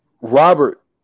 Robert